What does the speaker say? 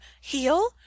heal